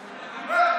לערבים.